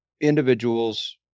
individuals